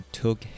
took